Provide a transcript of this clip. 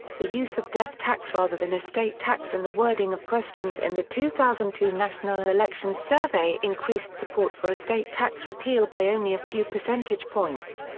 the use of death tax rather than estate tax in the wording of questions in the two thousand and two national election survey increased support for estate tax repeal by only a few percentage points.